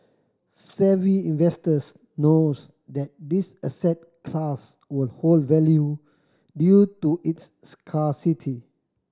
savvy investors knows that this asset class will hold value due to its scarcity